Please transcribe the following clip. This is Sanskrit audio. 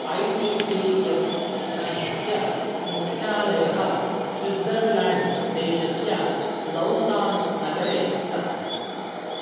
ऐ टी टी एफ् सङ्घस्य मुख्यालयः स्विट्ज़र्लाण्ड् देशस्य लौसाननगरे अस्ति